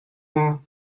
maw